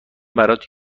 برات